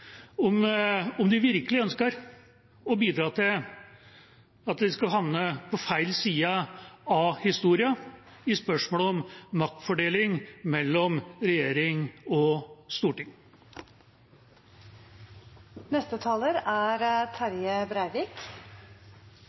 å bidra til at de skal havne på feil side av historien i spørsmålet om maktfordeling mellom regjering og